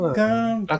come